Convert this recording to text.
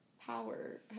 power